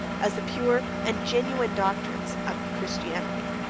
as the pure and genuine doctrines of christianity.